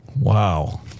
Wow